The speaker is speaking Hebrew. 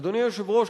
אדוני היושב-ראש,